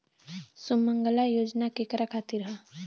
सुमँगला योजना केकरा खातिर ह?